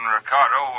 Ricardo